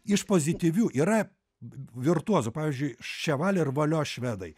iš pozityvių yra virtuozų pavyzdžiui šiaval ir valio švedai